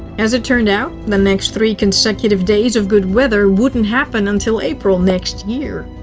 as it turned out, the next three consecutive days of good weather wouldn't happen until april next year.